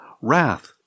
WRATH